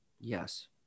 yes